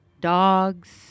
dogs